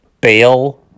bail